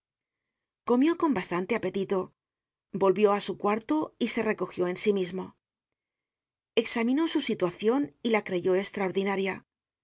comió con bastante apetito volvió á su cuarto y se recogió en sí mismo examinó su situacion y la creyó estraordinaria